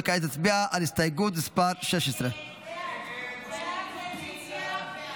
וכעת נצביע על הסתייגות מס' 16. ההסתייגות 16 לא נתקבלה.